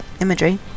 imagery